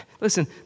Listen